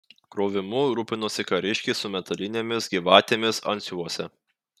krovimu rūpinosi kariškiai su metalinėmis gyvatėmis antsiuvuose